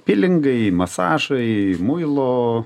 pilingai masažai muilo